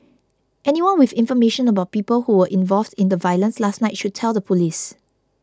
anyone with information about people who were involved in the violence last night should tell the police